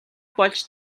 болж